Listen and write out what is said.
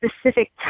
specific